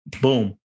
Boom